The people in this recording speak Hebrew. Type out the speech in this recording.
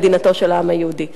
מדינתו של העם היהודי.